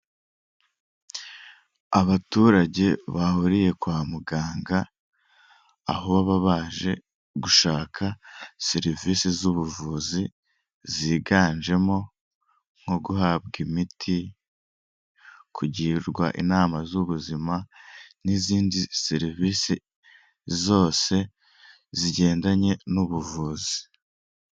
Imodoka yo mu bwoko bwa kebiyesi ariko itatse ibyapa bya beka, ikaba isa ibara ry'icyatsi, ikaba iri mu muhanda irimo iragenda itwaye abagenzi bagana za Remera.